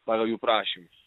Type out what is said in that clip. pagal jų prašymus